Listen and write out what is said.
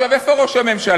עכשיו, איפה ראש הממשלה?